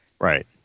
right